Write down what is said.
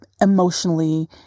emotionally